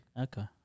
Okay